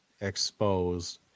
exposed